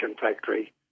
factory